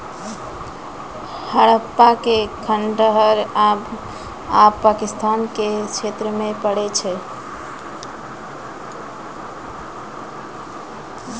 हड़प्पा के खंडहर आब पाकिस्तान के क्षेत्र मे पड़ै छै